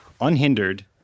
unhindered